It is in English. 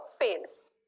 fails